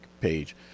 page